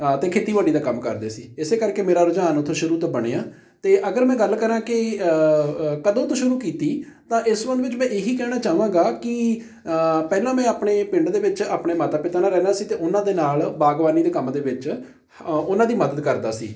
ਅਤੇ ਖੇਤੀਬਾੜੀ ਦਾ ਕੰਮ ਕਰਦੇ ਸੀ ਇਸ ਕਰਕੇ ਮੇਰਾ ਰੁਝਾਨ ਉੱਥੋਂ ਸ਼ੁਰੂ ਤੋਂ ਬਣਿਆ ਅਤੇ ਅਗਰ ਮੈਂ ਗੱਲ ਕਰਾਂ ਕਿ ਕਦੋਂ ਤੋਂ ਸ਼ੁਰੂ ਕੀਤੀ ਤਾਂ ਇਸ ਸੰਬੰਧ ਵਿੱਚ ਮੈਂ ਇਹੀ ਕਹਿਣਾ ਚਾਹਾਂਗਾ ਕਿ ਪਹਿਲਾਂ ਮੈਂ ਆਪਣੇ ਪਿੰਡ ਦੇ ਵਿੱਚ ਆਪਣੇ ਮਾਤਾ ਪਿਤਾ ਨਾਲ਼ ਰਹਿੰਦਾ ਸੀ ਅਤੇ ਉਹਨਾਂ ਦੇ ਨਾਲ਼ ਬਾਗਬਾਨੀ ਦੇ ਕੰਮ ਦੇ ਵਿੱਚ ਉਹਨਾਂ ਦੀ ਮਦਦ ਕਰਦਾ ਸੀ